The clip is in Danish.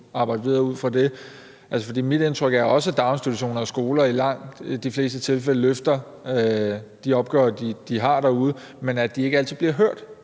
arbejde videre ud fra det. Mit indtryk er også, at daginstitutioner og skoler i langt de fleste tilfælde løfter de opgaver, de har derude, men at de ikke altid bliver hørt,